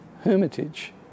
hermitage